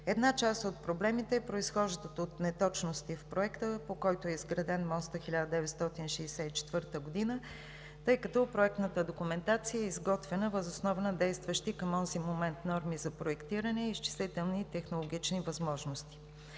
Една част от проблемите произхождат от неточности в Проекта, по който е изграден мостът през 1964 г., тъй като проектната документация е изготвена въз основа на действащи към онзи момент норми за проектиране, изчислителни и технологични възможности.